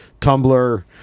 tumblr